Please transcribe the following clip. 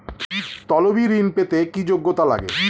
তলবি ঋন পেতে কি যোগ্যতা লাগে?